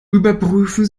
überprüfen